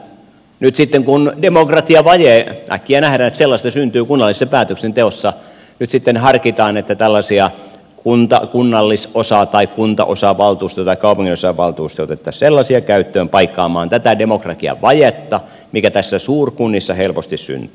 nyt sitten kun äkkiä nähdään että demokratiavajetta syntyy kunnallisessa päätöksenteossa harkitaan että otettaisiin käyttöön tällaisia kunnallisosa tai kuntaosavaltuustoja tai kaupunginosavaltuustoja paikkaamaan tätä demokratiavajetta mikä näissä suurkunnissa helposti syntyy